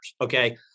Okay